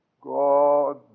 God